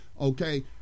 okay